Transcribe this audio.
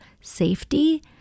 safety